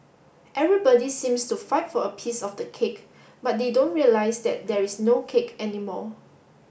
everybody seems to fight for a piece of the cake but they don't realise that there is no cake anymore